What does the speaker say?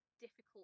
difficult